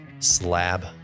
slab